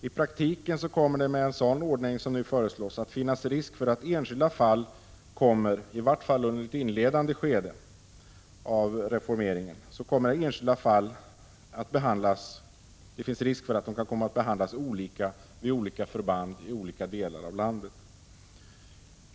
I praktiken kommer det med en sådan ordning som nu föreslås att finnas risk för att enskilda fall — åtminstone under ett inledande skede av reformeringen — kommer att behandlas olika vid olika förband i skilda delar av landet.